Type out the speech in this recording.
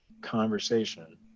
conversation